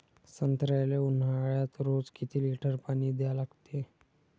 संत्र्याले ऊन्हाळ्यात रोज किती लीटर पानी द्या लागते?